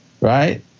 right